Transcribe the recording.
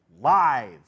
live